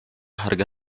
harga